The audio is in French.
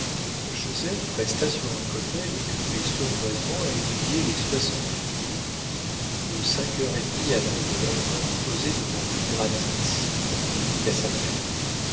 joseph resta sur un fauteuil occupé sournoisement à étudier les soixante figures qui de cinq heures et demie à neuf heures vinrent poser devant lui gratis comme il le dit à sa mère